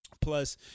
Plus